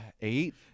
eight